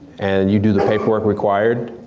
and you do the paperwork required.